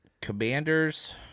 Commanders